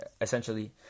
essentially